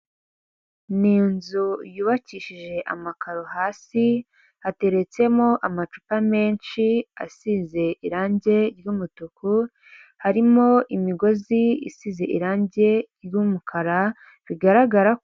Ni inzu yubakishije amakaro, hasi hateretsemo amacupa menshi asize irangi ry'umutuku. harimo imigozi isize irangi ry'umukara rigaragara.